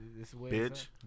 Bitch